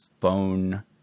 phone